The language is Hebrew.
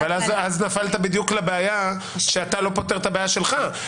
אבל אז נפלת בדיוק לבעיה שאתה לא פותר את הבעיה שלך.